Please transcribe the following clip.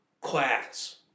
class